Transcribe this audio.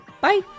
Bye